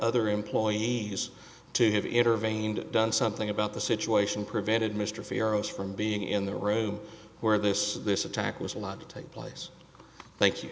other employees to have intervened done something about the situation prevented mr farrow's from being in the room where this this attack was allowed to take place thank you